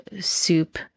soup